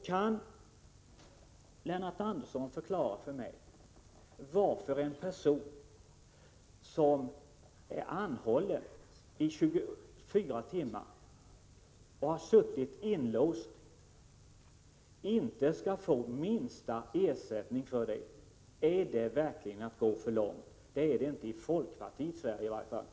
Kan Lennart Andersson förklara varför en person som har varit anhållen och suttit inlåst i 24 timmar inte skall få minsta ersättning? Är det verkligen att gå för långt att begära det? Det är det inte, i varje fall inte i folkpartiets Sverige.